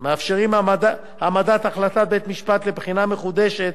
המאפשרים העמדת החלטה של בית-משפט לבחינה מחודשת